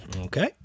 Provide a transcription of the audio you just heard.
Okay